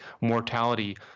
mortality